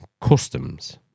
customs